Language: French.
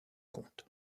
compte